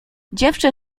dziewczę